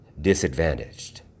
disadvantaged